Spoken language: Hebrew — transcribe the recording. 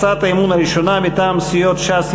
הצעת האמון הראשונה מטעם סיעות ש"ס,